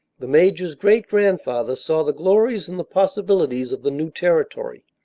the major's great-grandfather saw the glories and the possibilities of the new territory.